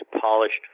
polished